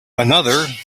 another